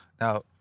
Now